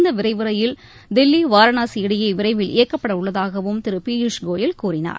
இந்த விரைவு ரயில் தில்லி வாரணாசி இடையே விரைவில் இயக்கப்படவுள்ளதாகவும் திரு பியூஷ் கோயல் கூறினார்